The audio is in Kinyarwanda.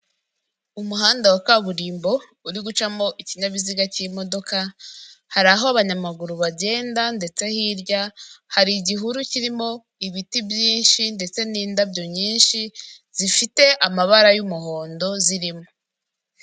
Umuhanda wa kaburimbo uri gucamo ikinyabiziga cy'imodoka, hari aho abanyamaguru bagenda, ndetse hirya hari igihuru kirimo ibiti byinshi ndetse n'indabyo nyinshi, zifite amabara y'umuhondo zirimo.